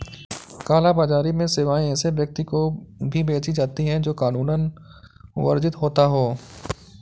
काला बाजारी में सेवाएं ऐसे व्यक्ति को भी बेची जाती है, जो कानूनन वर्जित होता हो